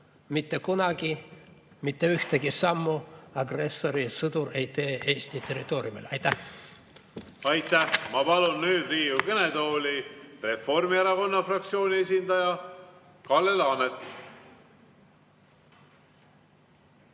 "Mitte kunagi mitte ühtegi sammu agressori sõdur ei tee Eesti territooriumil." Aitäh! Aitäh! Ma palun nüüd Riigikogu kõnetooli Reformierakonna fraktsiooni esindaja Kalle Laaneti.